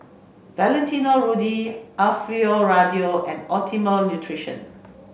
Valentino Rudy Alfio Raldo and Optimum Nutrition